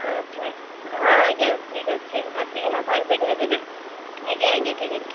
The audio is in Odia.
ଆଚ୍ଛା ହଁ ଆଜ୍ଞା ଠିକ୍ ଅଛି ଆସିକିନା କରିଦେଇକିନା ଯିବେ ଆଜ୍ଞା ଆଜ୍ଞା ଠିକ୍ ଅଛି